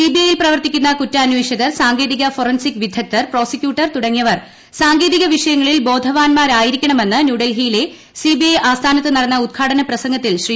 CBI യിൽ പ്രവർത്തിക്കുന്ന കുറ്റാന്വേഷകർ സാങ്കേതിക ഫോറൻസിക് വിദഗ്ദ്ധർ പ്രോസിക്യൂട്ടർ തുടങ്ങിയവർ സാങ്കേതിക വിഷയങ്ങളിൽ ബോധവാന്മാരായിരിക്കണമെന്ന് ന്യൂഡൽഹിയിലെ സിബിഐ ആസ്ഥാനത്ത് നടന്ന ഉദ്ഘാടന പ്രസംഗത്തിൽ ശ്രീ